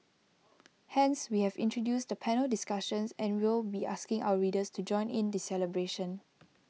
hence we have introduced the panel discussions and will be asking our readers to join in the celebration